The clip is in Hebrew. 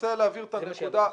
רוצה להבהיר את הנקודה.